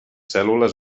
cèl·lules